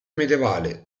medievale